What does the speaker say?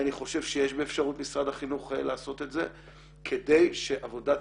אני חושב שיש באפשרות משרד החינוך לעשות את זה כדי שעבודת